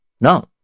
No